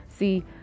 See